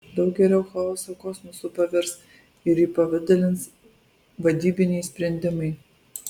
daug geriau chaosą kosmosu pavers ir įpavidalins vadybiniai sprendimai